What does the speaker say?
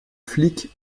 flic